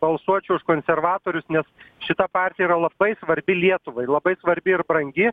balsuočiau už konservatorius nes šita partija yra labai svarbi lietuvai labai svarbi ir brangi